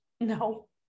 No